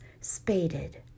spaded